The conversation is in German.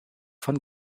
von